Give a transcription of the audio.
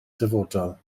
dyfodol